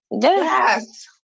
Yes